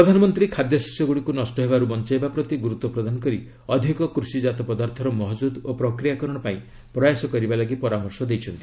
ପ୍ରଧାନମନ୍ତ୍ରୀ ଖାଦ୍ୟଶସ୍ୟଗୁଡ଼ିକୁ ନଷ୍ଟ ହେବାରୁ ବଞ୍ଚାଇବା ପ୍ରତି ଗୁରୁତ୍ୱ ପ୍ରଦାନ କରି ଅଧିକ କୃଷିଜାତ ପଦାର୍ଥର ମହକୁତ ଓ ପ୍ରକ୍ରିୟାକରଣ ପାଇଁ ପ୍ରୟାସ କରିବାକୁ ପରାମର୍ଶ ଦେଇଛନ୍ତି